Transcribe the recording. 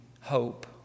hope